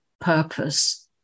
purpose